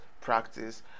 practice